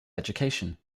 education